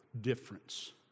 difference